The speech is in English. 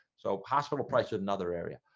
so hospital price another area.